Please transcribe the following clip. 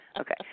Okay